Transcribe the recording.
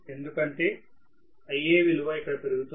ఎందుకంటే Ia విలువ ఇక్కడ పెరుగుతోంది